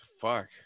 fuck